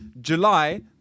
July